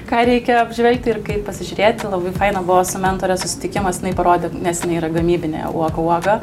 ką reikia apžvelgti ir kaip pasižiūrėti labai faina buvo su mentore susitikimas jinai parodė nes jinai yra gamybinė uoga uoga